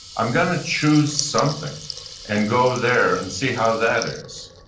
i'm going to choose something and go there and see how that is.